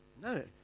No